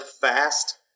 fast